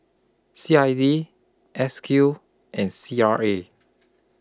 C I D S Q and C R A